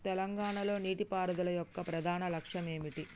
తెలంగాణ లో నీటిపారుదల యొక్క ప్రధాన లక్ష్యం ఏమిటి?